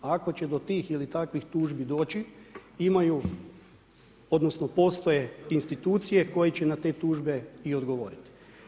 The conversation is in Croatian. Ako će do tih ili takvih tužbi doći, imaju odnosno postoje institucije koje će na te tužbe i odgovoriti.